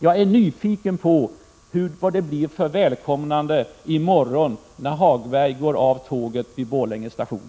Jag är nyfiken på vad det blir för välkomnande i morgon när Lars-Ove Hagberg stiger av tåget vid Borlänge station.